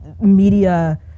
media